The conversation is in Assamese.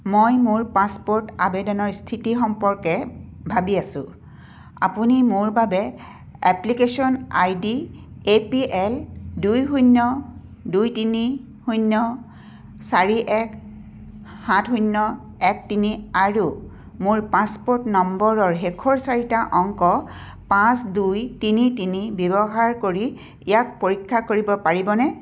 মই মোৰ পাছপ'ৰ্ট আবেদনৰ স্থিতি সম্পৰ্কে ভাবি আছোঁ আপুনি মোৰ বাবে application ID A P L দুই শূণ্য দুই তিনি শূণ্য চাৰি এক সাত শূণ্য এক তিনি আৰু মোৰ পাছপ'ৰ্ট নম্বৰৰ শেষৰ চাৰিটা অংক পাঁচ দুই তিনি তিনি ব্যৱহাৰ কৰি ইয়াক পৰীক্ষা কৰিব পাৰিবনে